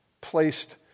placed